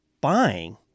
buying